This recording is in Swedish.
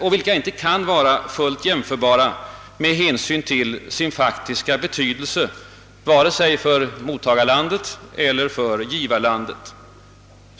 och inte kan vara fullt jämförbara med hänsyn till sin faktiska betydelse för vare sig mottagarlandet eller givarlandet.